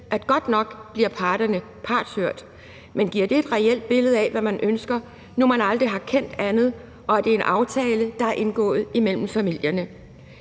sted, da man var omkring 10-11 år gammel, giver det så et reelt billede af, hvad man ønsker, nu man aldrig har kendt andet og det er en aftale, der er indgået imellem familierne,